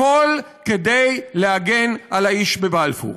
הכול כדי להגן על האיש בבלפור.